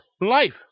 life